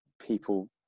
people